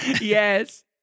Yes